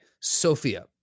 Sophia